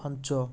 ପାଞ୍ଚ